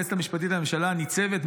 היועצת המשפטית לממשלה ניצבת,